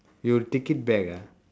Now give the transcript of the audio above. you'll take it back ah